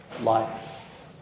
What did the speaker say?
life